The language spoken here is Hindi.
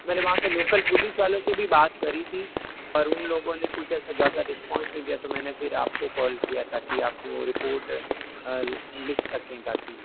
मैंने वहां के लोकल पुलिस वालों से भी बात करी थी पर उन लोगों ने कुछ ऐसा ज़्यादा रेस्पॉन्स नहीं दिया तो फिर मैंने आप को कॉल किया ताकि आप वो रिपोर्ट लिख सकें ताकि